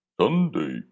Sunday